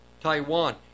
Taiwan